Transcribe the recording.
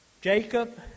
Jacob